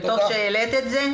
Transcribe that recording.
טוב שהעלית את זה.